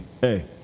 hey